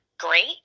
great